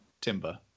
Timber